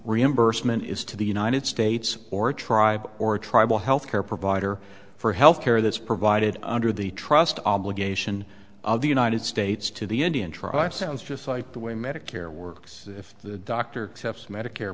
reimbursement is to the united states or a tribe or a tribal health care provider for health care that's provided under the trust obligation of the united states to the indian tribes sounds just like the way medicare works if the doctor medicare